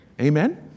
Amen